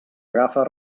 agafa